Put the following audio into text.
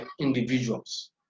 individuals